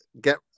get